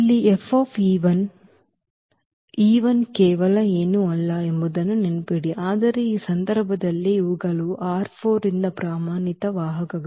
ಇಲ್ಲಿ vso ಕೇವಲ ಏನೂ ಅಲ್ಲ ಎಂಬುದನ್ನು ನೆನಪಿಡಿ ಆದರೆ ಈ ಸಂದರ್ಭದಲ್ಲಿ ಇವುಗಳು ರಿಂದ ಪ್ರಮಾಣಿತ ವಾಹಕಗಳು